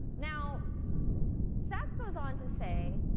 now seth goes on to say